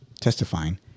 testifying